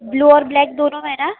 بلو اور بلیک دونوں میں نا